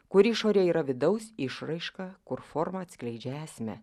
kur išorė yra vidaus išraiška kur forma atskleidžia esmę